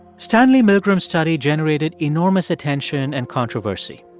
stanley milgram's study generated enormous attention and controversy.